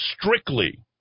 strictly